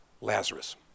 Lazarus